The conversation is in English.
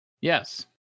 Yes